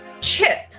Chip